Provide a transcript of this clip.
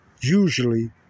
usually